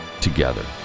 together